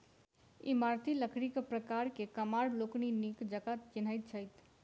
इमारती लकड़ीक प्रकार के कमार लोकनि नीक जकाँ चिन्हैत छथि